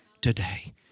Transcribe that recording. today